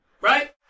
Right